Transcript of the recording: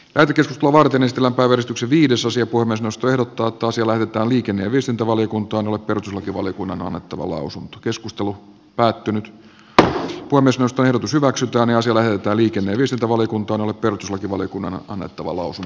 percy stuartin estellä vedetyksi viidesosa on myös verottaa toiselle mutta liikenneviestintävaliokuntaan ovat peruslakivaliokunnan annettava lausunto keskustelu päättynyt tähtilippua myös vastaehdotus hyväksytään ja soveltaa liikenteelliseltä valiokuntanalle perso tivoli kun on annettu valosen